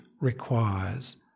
requires